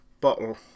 bottle